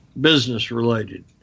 business-related